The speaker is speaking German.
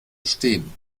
stehen